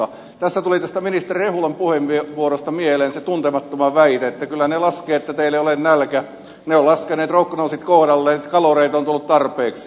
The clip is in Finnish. tässä tuli tästä ministeri rehulan puheenvuorosta mieleen se tuntemattoman sotilaan väite että kyllä ne laskee että teillä ei ole nälkä ne ovat laskeneet prognoosit kohdalleen että kaloreita on tullut tarpeeksi